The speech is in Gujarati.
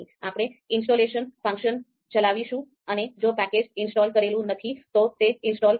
આપણે ઇન્સ્ટોલેશન ફંક્શન ચલાવીશું અને જો પેકેજ ઇન્સ્ટોલ કરેલું નથી તો તે ઇન્સ્ટોલ કરશે